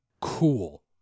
cool